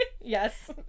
Yes